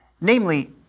namely